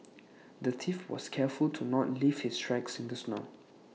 the thief was careful to not leave his tracks in the snow